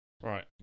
Right